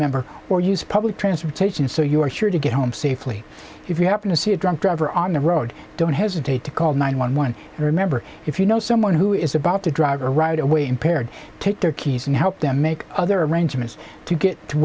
member or use public transportation so you are sure to get home safely if you happen to see a drunk driver on the road don't hesitate to call nine one one and remember if you know someone who is about to drive or ride away impaired take their keys and help them make other arrangements to get to